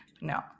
no